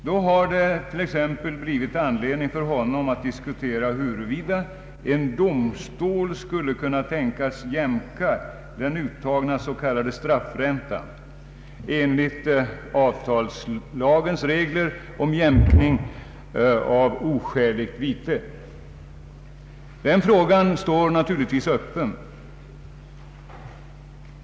Då har det t.ex. blivit anledning för honom att diskutera, huruvida en domstol skulle kunna tänkas jämka den uttagna s.k. straffräntan enligt avtalslagens regler om jämkning av oskäligt vite. Den frågan står naturligtvis öppen.